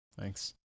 Thanks